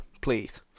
please